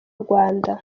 rwanda